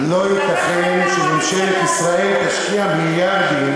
לא ייתכן שממשלת ישראל תשקיע מיליארדים